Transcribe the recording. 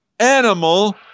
Animal